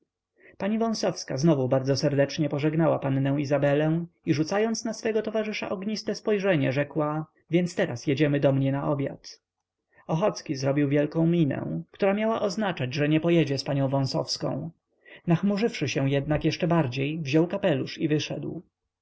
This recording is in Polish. pani wąsowska znowu bardzo serdecznie pożegnała pannę izabelę i rzucając na swego towarzysza ogniste spojrzenie rzekła więc teraz jedziemy do mnie na obiad ochocki zrobił wielką minę która miała oznaczać że nie pojedzie z panią wąsowską nachmurzywszy się jednak jeszcze bardziej wziął kapelusz i wyszedł